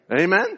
Amen